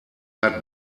hat